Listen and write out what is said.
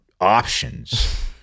options